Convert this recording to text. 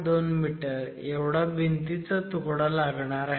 2 metre एवढा भिंतींचा तुकडा लागणार आहे